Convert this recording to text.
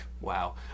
Wow